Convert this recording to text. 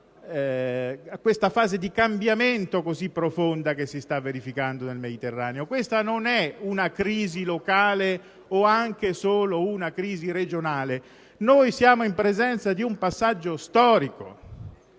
questa fase di cambiamento così profondo che si sta verificando nel Mediterraneo. Questa non è una crisi locale o anche solo regionale: siamo in presenza di un passaggio storico.